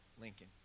Lincoln